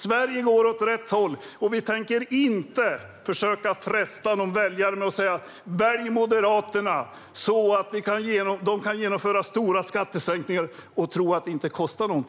Sverige går åt rätt håll, och vi tänker inte försöka fresta någon väljare med att säga: Välj Moderaterna så att de kan genomföra stora skattesänkningar och tro att det inte kostar något!